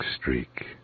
streak